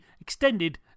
extended